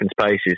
spaces